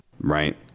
right